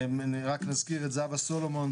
רק נזכיר את זהבה סולומון,